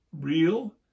real